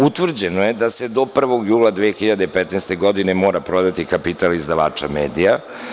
Utvrđeno je da se do 1. jula 2015. godine mora prodati kapital izdavača medija.